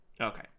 Okay